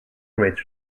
greater